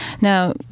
Now